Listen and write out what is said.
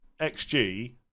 XG